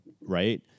right